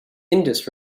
indus